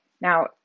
Now